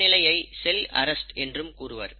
இந்த நிலையை cell arrest என்றும் கூறுவர்